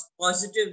positive